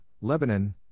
Lebanon